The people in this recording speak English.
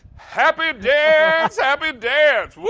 happy dance, happy dance. woo!